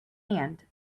hand